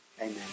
Amen